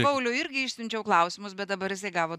pauliui irgi išsiunčiau klausimus bet dabar jisai gavo